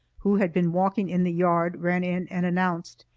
who had been walking in the yard, ran in and announced,